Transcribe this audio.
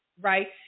right